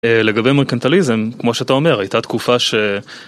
לגבי מרקנטליזם, כמו שאתה אומר, הייתה תקופה ש...